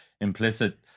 implicit